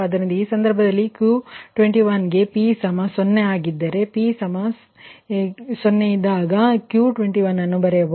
ಆದ್ದರಿಂದ ಈ ಸಂದರ್ಭದಲ್ಲಿ Q21 ಗೆ p 0 ಆಗಿದ್ದರೆ p 0 ಇದ್ದಾಗ ನೀವು Q21 ಅನ್ನು ಬರೆಯಬಹುದು